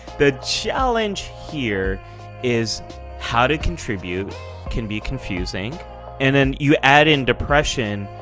the challenge here is how to contribute can be confusing and then you add in depression,